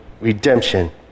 redemption